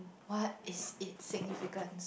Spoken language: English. what is in significance